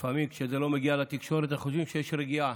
ולפעמים כשזה לא מגיע לתקשורת, חושבים שיש רגיעה.